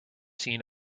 seen